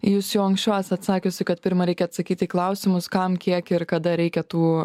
jūs jau anksčiau esat sakiusi kad pirma reikia atsakyti į klausimus kam kiek ir kada reikia tų